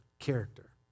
character